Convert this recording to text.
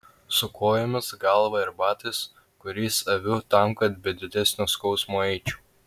su kojomis galva ir batais kuriais aviu tam kad be didesnio skausmo eičiau